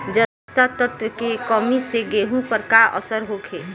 जस्ता तत्व के कमी से गेंहू पर का असर होखे?